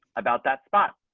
about that spot.